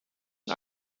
and